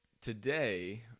today